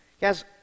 Guys